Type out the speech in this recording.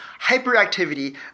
hyperactivity